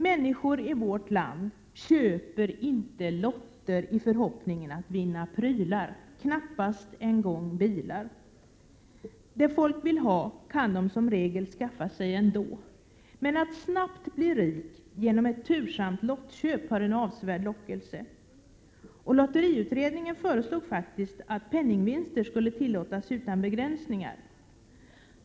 Människor i vårt land köper inte lotter i förhoppningen att vinna prylar, knappast en gång bilar. Det folk vill ha kan de som regel skaffa sig ändå. Men att snabbt bli rik genom ett tursamt lottköp har en avsevärd lockelse. Lotteriutredningen föreslog faktiskt att penningvinster skulle tillåtas utan begränsningar.